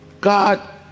God